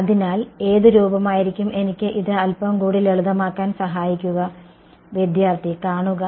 അതിനാൽ ഏത് രൂപമായിരിക്കും എനിക്ക് ഇത് അൽപ്പം കൂടി ലളിതമാക്കാൻ സഹായിക്കുക